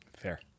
Fair